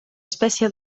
espècie